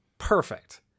Perfect